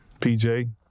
PJ